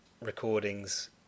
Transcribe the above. recordings